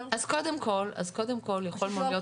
יכול מאוד להיות